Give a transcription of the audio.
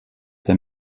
der